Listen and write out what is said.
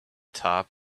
top